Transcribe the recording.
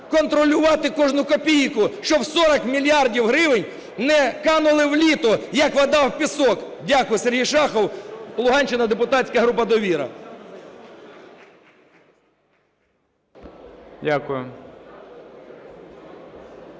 контролювати кожну копійку, щоб 40 мільярдів гривень не канули в Лету, як вода в пісок. Дякую. Сергій Шахов, Луганщина, депутатська група "Довіра".